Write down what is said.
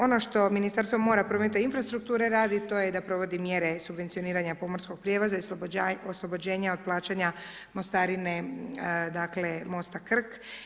Ono što Ministarstvo mora, prometa i infrastrukture radi to je da provodi mjere subvencioniranja pomorskog prijevoza i oslobođenja od plaćanja mostarine, dakle mosta Krk.